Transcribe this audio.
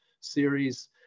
series